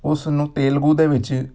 ਉਸ ਨੂੰ ਤੇਲਗੂ ਦੇ ਵਿੱਚ